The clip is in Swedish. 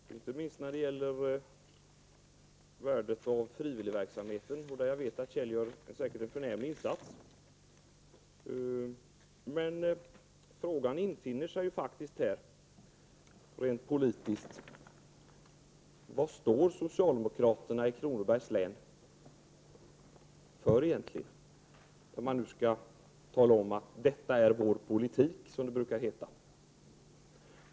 Herr talman! Det finns en hel del i det Kjell Nilsson sade som jag kan instämma i, inte minst när det gäller värdet av frivilligverksamheten, där jag vet att Kjell Nilsson gör en förnämlig insats. Men frågan infinner sig faktiskt här, rent politiskt: Vad står socialdemokraterna i Kronobergs län för egentligen, om man nu skall tala om att ”detta är vår politik”, som det brukar heta?